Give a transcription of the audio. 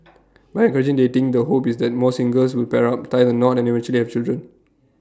by encouraging dating the hope is that more singles will pair up tie the knot and eventually have children